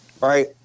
right